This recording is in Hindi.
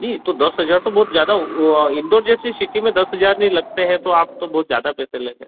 नहीं तो दस हज़ार तो बहुत ज़्यादा वो इंदौर जैसी सिटी में दस हज़ार नहीं लगते हैं तो आप तो बहुत ज़्यादा पैसे ले रहे हैं